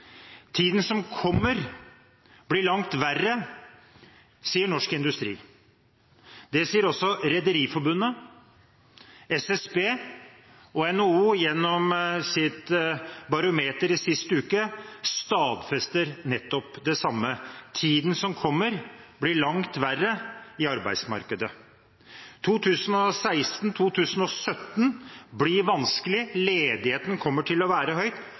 tiden, sier. Tiden som kommer, blir langt verre, sier Norsk Industri. Det sier også Rederiforbundet og SSB, og NHO gjennom sitt barometer sist uke stadfester nettopp det samme: Tiden som kommer, blir langt verre i arbeidsmarkedet. 2016–2017 blir vanskelig. Ledigheten kommer til å være